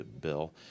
bill